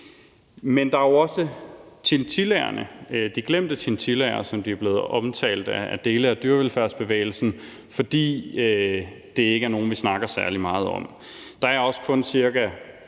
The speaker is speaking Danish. Men der er jo også chinchillaerne – de glemte chinchillaer, som de er blevet omtalt af dele af dyrevelfærdsbevægelsen, fordi det ikke er nogle, vi snakker særlig meget om. Det er også kun